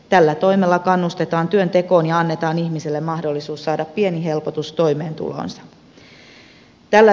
tällä toimella kannustetaan työntekoon ja annetaan ihmiselle mahdollisuus saada pieni helpotus toimeentuloonsa